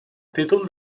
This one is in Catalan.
títol